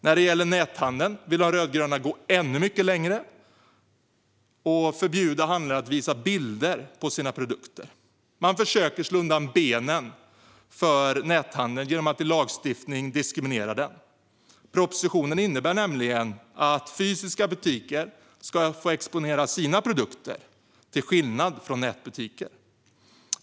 När det gäller näthandeln vill de rödgröna gå ännu mycket längre och förbjuda handlarna att visa bilder på sina produkter. Man försöker slå undan benen för näthandeln genom att i lagstiftning diskriminera den. Propositionen innebär nämligen att fysiska butiker till skillnad från nätbutiker ska få exponera sina produkter.